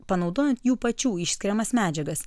panaudojant jų pačių išskiriamas medžiagas